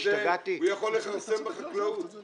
מוצרים חקלאיים.